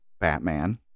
Batman